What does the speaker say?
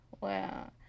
Wow